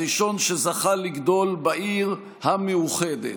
הראשון שזכה לגדול בעיר המאוחדת.